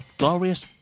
glorious